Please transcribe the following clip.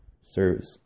serves